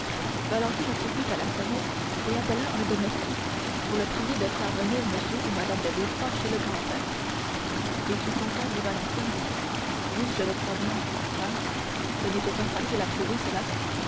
valentine courut à la sonnette et appela un domestique pour le prier de faire venir m ou mme de villefort chez le grand-père es-tu content dit valentine oui je le crois bien hein ce n'était pas facile à trouver cela